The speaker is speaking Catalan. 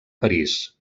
parís